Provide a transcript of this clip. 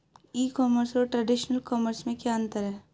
ई commerce और traditional commerce में क्या अंतर है?